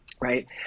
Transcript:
right